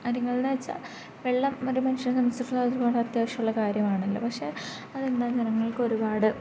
കാര്യങ്ങളെന്നു വെച്ചാൽ വെള്ളം മറ്റു മനുഷ്യനെ സംബന്ധിച്ചിടത്തോളം അതൊരുപാട് അത്യാവശ്യമുള്ള കാര്യമാണല്ലോ പക്ഷേ അതെന്താണെന്ന് ജനങ്ങൾക്ക് ഒരുപാട്